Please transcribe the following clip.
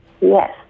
Yes